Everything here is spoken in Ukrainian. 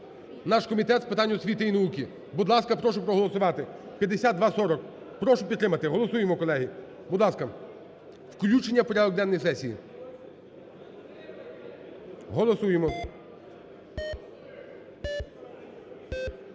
наш Комітет з питань освіти і науки. Будь ласка, прошу проголосувати 5240. Прошу підтримати. Голосуємо, колеги, будь ласка, включення в порядок денний сесії. Голосуємо.